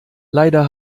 leider